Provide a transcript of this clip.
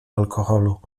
alkoholu